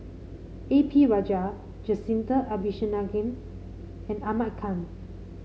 A P Rajah Jacintha Abisheganaden and Ahmad Khan